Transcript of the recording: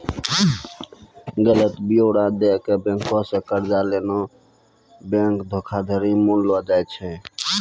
गलत ब्योरा दै के बैंको से कर्जा लेनाय बैंक धोखाधड़ी मानलो जाय छै